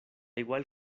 igual